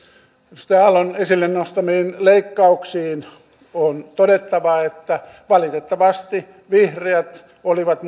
edustaja aallon esille nostamiin leikkauksiin on todettava että valitettavasti vihreät olivat